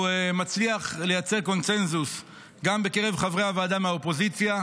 הוא מצליח לייצר קונסנזוס גם בקרב חברי הוועדה מהאופוזיציה.